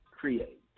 Create